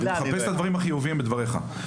אני מחפש את הדברים החיובים בדברך,